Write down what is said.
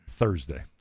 Thursday